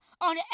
on